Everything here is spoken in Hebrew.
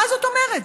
מה זאת אומרת?